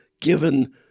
given